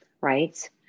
right